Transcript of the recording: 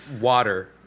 water